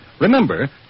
Remember